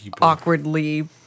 awkwardly